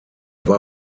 war